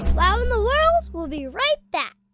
wow in the world will be right back.